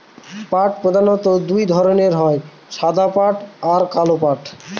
পাট প্রধানত দু ধরনের সাদা পাট আর কালো পাট